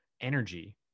energy